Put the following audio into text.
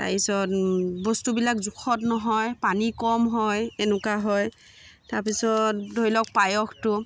তাৰ পিছত বস্তুবিলাক জোখত নহয় পানী কম হয় এনেকুৱা হয় তাৰ পিছত ধৰি লওক পায়সটো